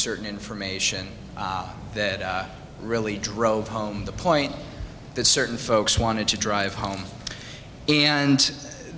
certain information that really drove home the point that certain folks wanted to drive home and